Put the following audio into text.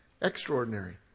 extraordinary